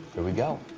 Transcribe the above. there we go.